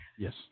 Yes